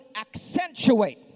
accentuate